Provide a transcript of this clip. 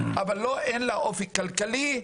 אבל אין לה אופק כלכלי,